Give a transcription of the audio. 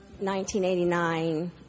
1989